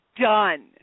done